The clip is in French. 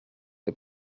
les